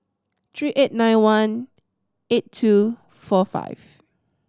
three eight nine one eight two four five